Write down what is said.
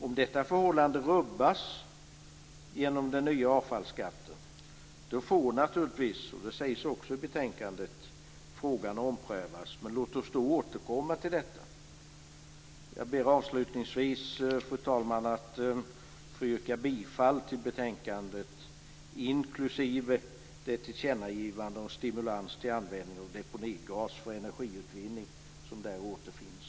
Om detta förhållande rubbas genom den nya avfallsskatten får naturligtvis frågan omprövas, och det sägs också i betänkandet. Men låt oss då återkomma till detta. Fru talman! Jag ber avslutningsvis att få yrka bifall till hemställan i betänkandet inklusive det tillkännagivande om stimulans till användning av deponigas för energiutvinning som där återfinns.